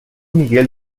miguel